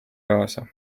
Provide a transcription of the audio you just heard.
kaasa